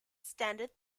standard